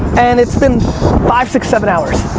and it's been five, six, seven hours.